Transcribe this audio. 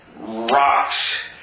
rocks